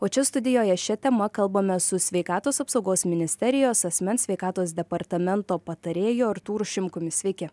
o čia studijoje šia tema kalbamės su sveikatos apsaugos ministerijos asmens sveikatos departamento patarėju artūru šimkumi sveiki